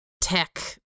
tech